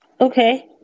Okay